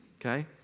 okay